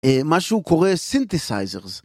משהו קורה סינתסייזרס.